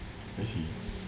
I see